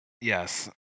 Yes